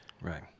Right